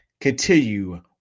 continue